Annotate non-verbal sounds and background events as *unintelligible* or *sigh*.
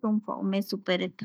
*noise* *noise* *unintelligible* tumpa omee supereta.